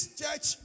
church